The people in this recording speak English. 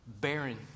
barren